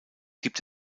gibt